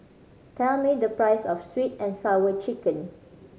tell me the price of Sweet And Sour Chicken